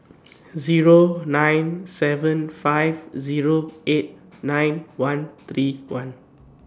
Zero nine seven five Zero eight nine one three one